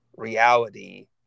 reality